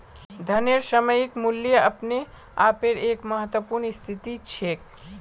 धनेर सामयिक मूल्य अपने आपेर एक महत्वपूर्ण स्थिति छेक